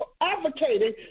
advocating